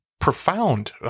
profound